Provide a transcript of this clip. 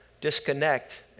disconnect